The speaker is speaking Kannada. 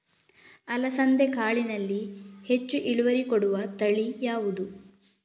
ಅಲಸಂದೆ ಕಾಳಿನಲ್ಲಿ ಹೆಚ್ಚು ಇಳುವರಿ ಕೊಡುವ ತಳಿ ಯಾವುದು?